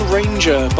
Ranger